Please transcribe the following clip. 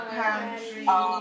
country